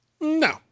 no